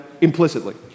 implicitly